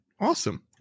Awesome